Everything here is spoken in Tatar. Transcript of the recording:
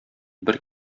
бер